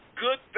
good